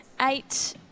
Eight